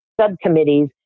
subcommittees